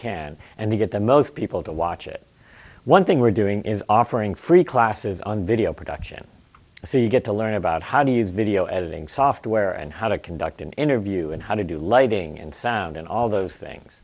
can and get the most people to watch it one thing we're doing is offering free classes on video production so you get to learn about how do you video editing software and how to conduct an interview and how to do lighting and sound and all those things